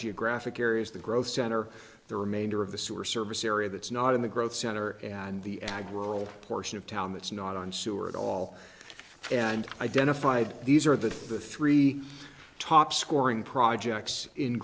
geographic areas the growth center the remainder of the sewer service area that's not in the growth center and the ag role portion of town that's not on sewer at all and identified these are the three top scoring projects in